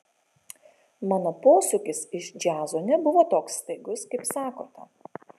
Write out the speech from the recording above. mano posūkis iš džiazo nebuvo toks staigus kaip sakote